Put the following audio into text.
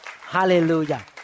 Hallelujah